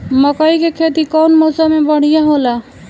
मकई के खेती कउन मौसम में बढ़िया होला?